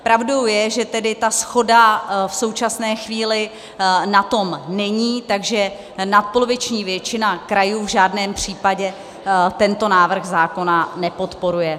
Pravdou je, že ta shoda v současné chvíli na tom není, takže nadpoloviční většina krajů v žádném případě tento návrh zákona nepodporuje.